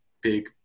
big